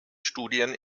studien